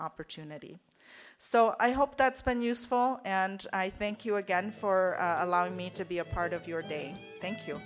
opportunity so i hope that's been useful and i thank you again for allowing me to be a part of your day thank you